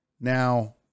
Now